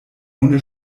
ohne